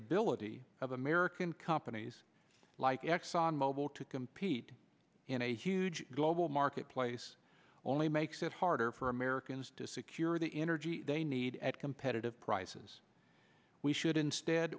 ability of american companies like exxon mobil to compete in a huge global marketplace only makes it harder for americans to secure the energy they need at competitive prices we should instead